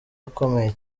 akomeye